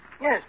Yes